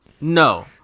No